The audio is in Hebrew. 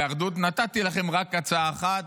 נתתי לכם רק הצעה אחת,